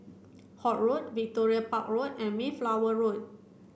Holt Road Victoria Park Road and Mayflower Road